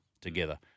together